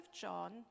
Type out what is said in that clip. John